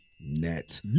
Net